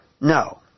no